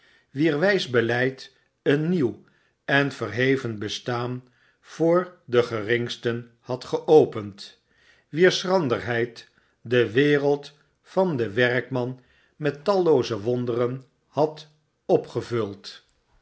wier wys beleid een nieuw en verheven bestaan voor den geringsten had geopend wier schranderheid de wereld van den werkman met tallooze wonderen had opgevuld